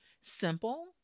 simple